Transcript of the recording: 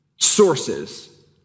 sources